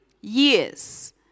years